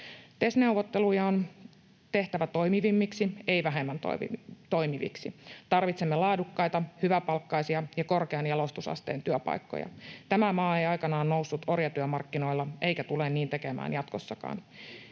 TES-neuvotteluja on tehtävä toimivammiksi, ei vähemmän toimiviksi. Tarvitsemme laadukkaita, hyväpalkkaisia ja korkean jalostusasteen työpaikkoja. Tämä maa ei aikanaan noussut orjatyömarkkinoilla eikä tule niin tekemään jatkossakaan.